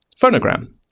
Phonogram